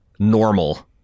Normal